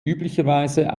üblicherweise